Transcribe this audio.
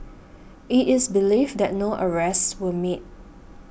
it is believed that no arrests were made